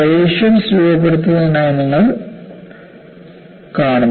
striations രൂപപ്പെടുന്നതായി നിങ്ങൾ കാണുന്നു